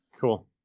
cool